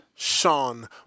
Sean